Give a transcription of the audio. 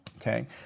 okay